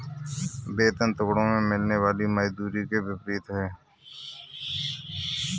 वेतन टुकड़ों में मिलने वाली मजदूरी के विपरीत है